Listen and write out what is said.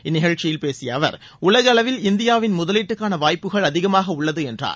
இந்நிகழ்ச்சியில் பேசிய அவர் உலக அளவில் இந்தியாவில் முதலீட்டுக்கான வாய்ப்புகள் அதிகமாக உள்ளது என்றார்